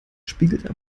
spiegelt